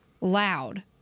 loud